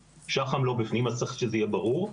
שח"מ לא בפנים, אז צריך שזה יהיה ברור.